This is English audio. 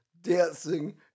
dancing